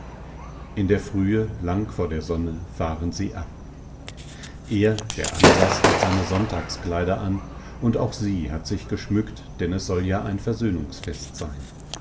in der frühe lang vor der sonne fahren sie ab er der ansas hat seine sonntagskleider an und auch sie hat sich geschmückt denn es soll ja ein versöhnungsfest sein